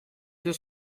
deux